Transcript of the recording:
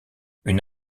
une